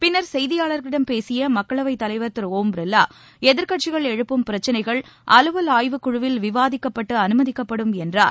பின்னர் செய்தியாளர்களிடம் பேசிய மக்களவைத் தலைவர் திரு ஓம் பிர்வா எதிர்க்கட்சிகள் எழுப்பும் பிரச்ளைகள் அலுவல் ஆய்வுக்குழுவில் விவாதிக்கப்பட்டு அனுமதிக்கப்படும் என்றார்